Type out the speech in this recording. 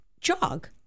jog